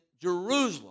Jerusalem